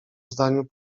zdaniu